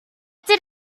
did